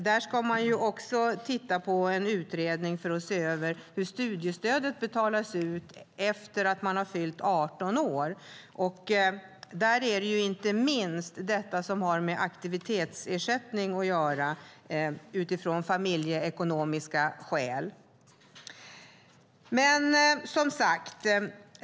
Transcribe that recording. Där ska en utredning se över hur studiestödet betalas ut efter att man har fyllt 18 år. Det gäller inte minst det som har att göra med aktivitetsersättning utifrån familjeekonomiska skäl.